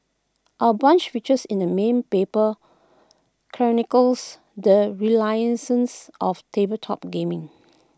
our brunch features in the main paper chronicles the renaissances of tabletop gaming